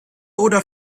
oder